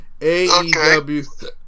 AEW